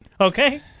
okay